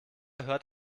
hört